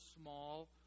small